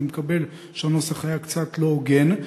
אני מקבל שהנוסח היה קצת לא הוגן,